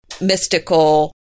mystical